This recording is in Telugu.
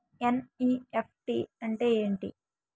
ఎన్.ఈ.ఎఫ్.టి అంటే ఎంటి?